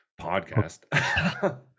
podcast